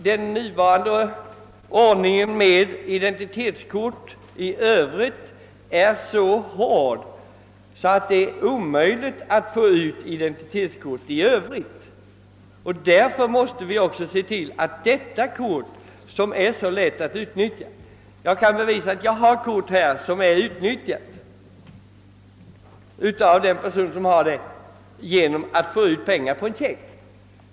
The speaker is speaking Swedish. Den nuvarande ordningen vid utfärdandet av identitetskort är nämligen i övrigt så hårt kringgärdad att det är omöjligt att få ut sådana kort på obehörigt sätt. Därför måste vi också se till att det blir kontroll av detta kort, som är så lätt att utnyttja. Jag har här ett kort som bevisligen utnyttjats av innehavaren för att få ut Pengar på en check.